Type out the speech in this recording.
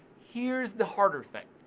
here's the harder thing.